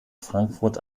frankfurt